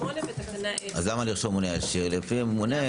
ותקנה 10. אז למה לא לרשום: "לפי הממונה,